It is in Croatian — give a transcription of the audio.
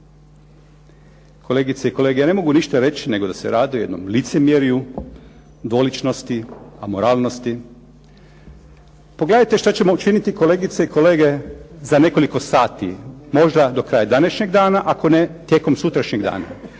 Kolegice i kolege ja ne mogu ništa reći nego da se radi o jednom licemjerju, dvoličnosti, amoralnosti. Pogledajte što ćemo učiniti kolegice i kolege za nekoliko sati, možda do kraja današnjeg dana, ako ne tijekom sutrašnjeg dana.